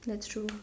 that's true